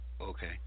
Okay